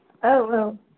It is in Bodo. औ औ